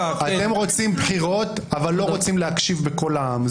אתם רוצים בחירות, אבל לא רוצים להקשיב בקול העם.